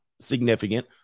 significant